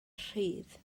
rhydd